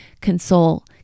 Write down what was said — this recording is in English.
console